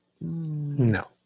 No